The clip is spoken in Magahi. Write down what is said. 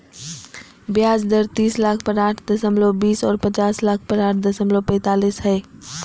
ब्याज दर तीस लाख पर आठ दशमलब बीस और पचास लाख पर आठ दशमलब पैतालीस हइ